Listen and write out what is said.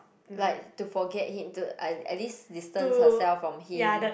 like to forget him to at at least distance herself from him